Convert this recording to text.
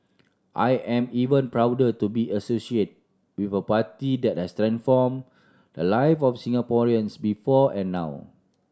I am even prouder to be associate with a party that has transform the live of Singaporeans before and now